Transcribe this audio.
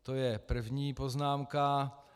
To je první poznámka.